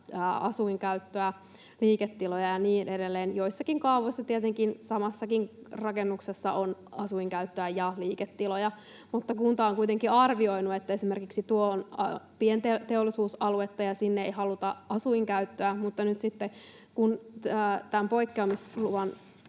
asuinkäyttöä, liiketiloja ja niin edelleen — joissakin kaavoissa tietenkin samassakin rakennuksessa on asuinkäyttöä ja liiketiloja, mutta kunta on kuitenkin arvioinut, että esimerkiksi tuo on pienteollisuusaluetta ja sinne ei haluta asuinkäyttöä — mutta nyt sitten kun tämän poikkeamisluvan,